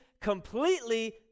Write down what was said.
completely